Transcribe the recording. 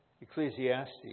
Ecclesiastes